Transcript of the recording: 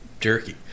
jerky